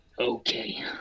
Okay